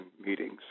meetings